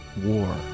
war